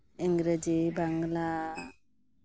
Ingreji Bangla